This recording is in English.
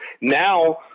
Now